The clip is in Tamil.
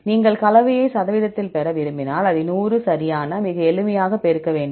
நீங்கள் கலவையை சதவீதத்தில் பெற விரும்பினால் இதை 100 சரியான மிக எளிமையாக பெருக்க வேண்டும்